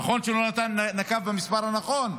נכון שלא נקב במספר הנכון,